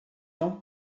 não